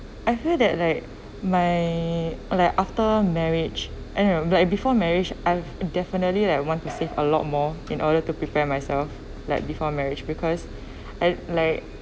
I heard that like my like after marriage and of like before marriage I've definitely like want to save a lot more in order to prepare myself like before marriage because I like